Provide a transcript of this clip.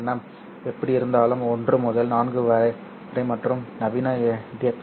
M எப்படியிருந்தாலும் 1 முதல் 4 வரை மற்றும் நவீன எஃப்